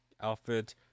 outfit